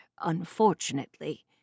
unfortunately